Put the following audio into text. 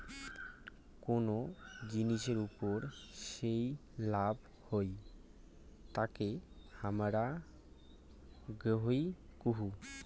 কুনো জিনিসের ওপর যেই লাভ হই তাকে হামারা গেইন কুহু